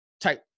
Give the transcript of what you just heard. type